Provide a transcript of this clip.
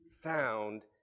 found